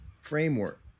framework